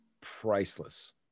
priceless